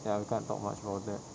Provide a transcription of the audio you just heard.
ya we can't talk much about that